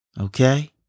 Okay